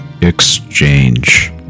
exchange